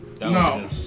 No